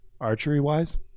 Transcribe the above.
Archery-wise